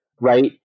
Right